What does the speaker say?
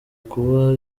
kuba